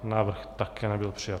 Návrh také nebyl přijat.